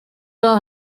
are